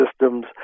systems